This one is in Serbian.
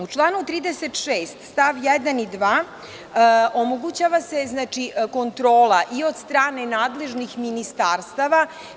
U članu 36. stav 1 i 2. omogućava se kontrola i od starane nadležnih ministarstava.